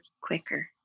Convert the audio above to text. quicker